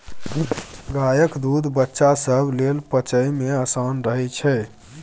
गायक दूध बच्चा सब लेल पचइ मे आसान रहइ छै